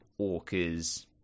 orcas